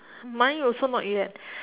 mine also not yet